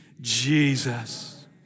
Jesus